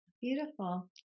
beautiful